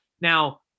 Now